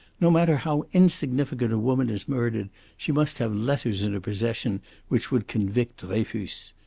no matter how insignificant a woman is murdered, she must have letters in her possession which would convict dreyfus.